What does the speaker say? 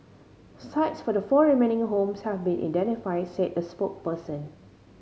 sites for the four remaining homes have been identified said the spokesperson